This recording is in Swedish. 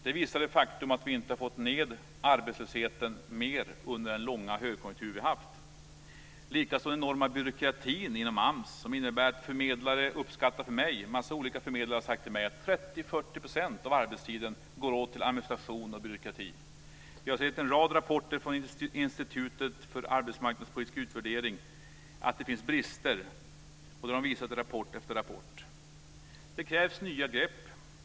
Det visar det faktum att vi inte har fått ned arbetslösheten mer under den långa högkonjunkturen vi haft. Sedan har vi den enorma byråkratin inom AMS. En massa olika förmedlare har sagt till mig att 30-40 % av arbetstiden går åt till administration och byråkrati. Vi har sett i en rad rapporter från Institutet för arbetsmarknadspolitisk utvärdering att det finns brister. Det har de visat i rapport efter rapport. Det krävs nya grepp.